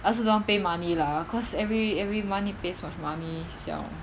I also don't want pay money lah cause every every month need pay so much money siao